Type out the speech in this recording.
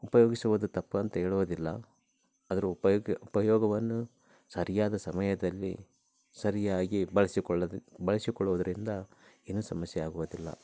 ಉಪಯೋಗಿಸುವುದು ತಪ್ಪು ಅಂತ ಹೇಳುವುದಿಲ್ಲ ಅದ್ರ ಉಪಯೋಗ ಉಪಯೋಗವನ್ನು ಸರಿಯಾದ ಸಮಯದಲ್ಲಿ ಸರಿಯಾಗಿ ಬಳಸಿಕೊಳ್ಳದೆ ಬಳಸಿಕೊಳ್ಳುವುದರಿಂದ ಏನು ಸಮಸ್ಯೆ ಆಗುವುದಿಲ್ಲ